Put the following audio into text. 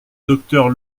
docteur